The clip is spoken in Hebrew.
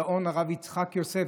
הגאון הרב יצחק יוסף,